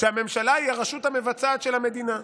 שהממשלה היא הרשות המבצעת של המדינה.